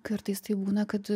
kartais taip būna kad